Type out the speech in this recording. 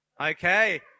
Okay